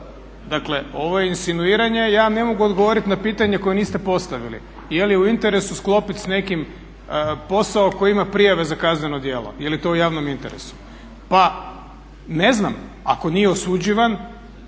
Dakle ovo je insinuiranje. Ja vam na mogu odgovoriti na pitanje koje niste postavili. Je li u interesu sklopiti s nekim posao ko ima prijave za kazneno djelo? Je li to u javnom interesu? Pa ne znam, ako nije osuđivan